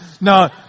no